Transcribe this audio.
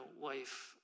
wife